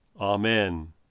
Amen